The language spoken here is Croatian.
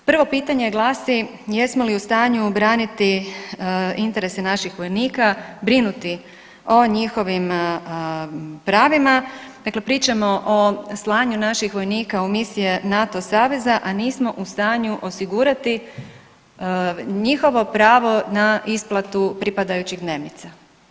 Prvo pitanje glasi jesmo li u stanju obraniti interese naših vojnika, brinuti o njihovim pravima, dakle pričamo o slanju naših vojnika u misije NATO saveza, a nismo u stanju osigurati njihovo pravo na isplatu pripadajućih dnevnica?